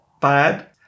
bad